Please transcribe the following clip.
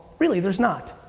really, there's not.